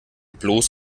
bloß